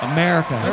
America